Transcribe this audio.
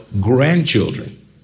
grandchildren